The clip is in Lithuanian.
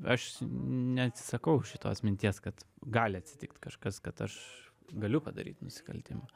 aš neatsisakau šitos minties kad gali atsitikt kažkas kad aš galiu padaryt nusikaltimą